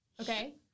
Okay